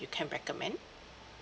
you can recommend